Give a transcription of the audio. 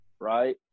right